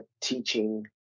teaching